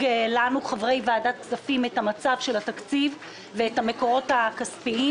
לחברי ועדה זו את מצב התקציב ואת המקורות הכספיים.